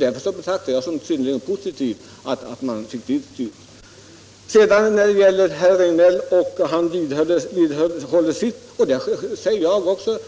Herr Regnéll säger att